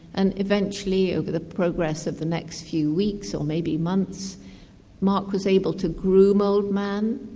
and eventually over the progress of the next few weeks or maybe months marc was able to groom old man.